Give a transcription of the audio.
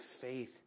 faith